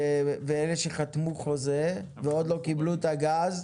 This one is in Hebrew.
ואלו שחתמו חוזה ועוד לא קיבלו את הגז,